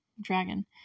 Dragon